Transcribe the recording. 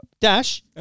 dash